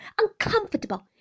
uncomfortable